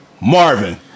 Marvin